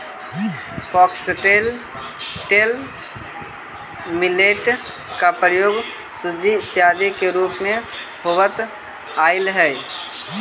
foxtail millet का प्रयोग सूजी इत्यादि के रूप में होवत आईल हई